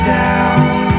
down